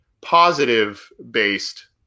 positive-based